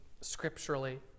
scripturally